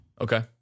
Okay